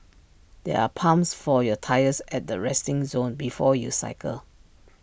there are pumps for your tyres at the resting zone before you cycle